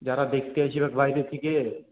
যারা দেখতে আসবে বাইরে থেকে